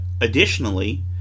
additionally